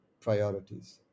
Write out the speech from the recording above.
priorities